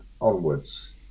onwards